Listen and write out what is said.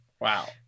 Wow